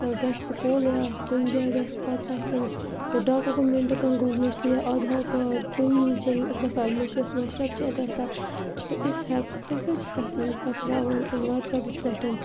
گَژھِ سکوٗل یا کُنہِ جایہِ گَژھِ پَتہٕ آسہِ تٔمِس ڈاکوٗمٮ۪نٛٹ کانٛہہ گوٚمُت مٔشتٕے یا آدھار کاڈ کُنہِ وِزِ چھِ گژھان مٔشِد مَشرف چھِ گژھان تہٕ أسۍ ہٮ۪ک أسۍ حظ چھِ تَتھ پَتہٕ ترٛاوان وَٹسیپَس پٮ۪ٹھ